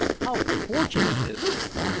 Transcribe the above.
how fortunate this is!